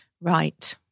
Right